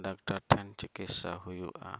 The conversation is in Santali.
ᱴᱷᱮᱱ ᱪᱤᱠᱤᱛᱥᱟ ᱦᱩᱭᱩᱜᱼᱟ